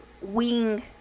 wing